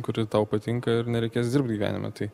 kuri tau patinka ir nereikės dirbt gyvenime tai